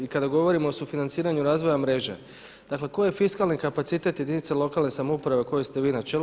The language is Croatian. I kada govorimo o sufinanciranju razvoja mreže, dakle koji je fiskalni kapacitet jedinica lokalne samouprave kojoj ste vi na čelu.